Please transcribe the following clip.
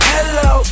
Hello